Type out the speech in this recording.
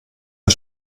der